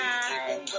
Bye